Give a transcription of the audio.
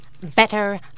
better